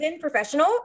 professional